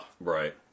Right